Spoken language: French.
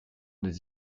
des